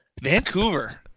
Vancouver